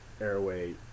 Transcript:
airway